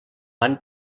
van